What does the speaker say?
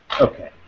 Okay